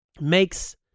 makes